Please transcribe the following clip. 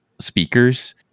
speakers